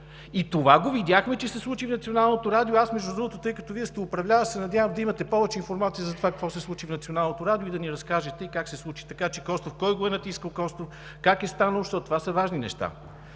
И това го видяхме, че се случи в Националното радио. Аз, между другото, тъй като Вие сте управляващи, се надявам да имате повече информация какво се случи в Националното радио и да ни разкажете как се случи така и кой е натискал Костов, и как е станало? Защото това са важни неща.